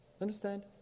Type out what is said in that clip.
Understand